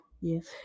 Yes